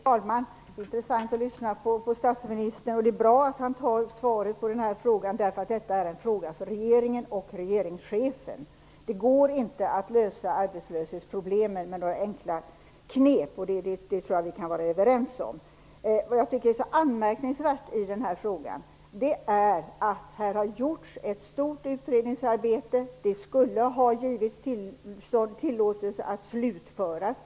Fru talman! Det är intressant att lyssna på statsministern. Det är bra att han besvarar den här frågan eftersom det är en fråga för regeringen och regeringschefen. Det går inte att lösa arbetslöshetsproblemen med några enkla knep. Det kan vi vara överens om. Det som är anmärkningsvärt i den här frågan är att det har gjorts ett stort utredningsarbete. Det skulle ha fått tillåtelse att slutföras.